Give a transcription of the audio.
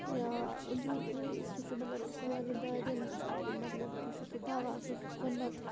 یا انجوٗر کُل سُہ چھُ مطلب کہِ ساروِین دادٮ۪ن مطلب کہِ چھُ سُہ دَوا سُہ چھُ سُنت